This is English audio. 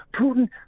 Putin